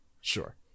Sure